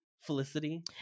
felicity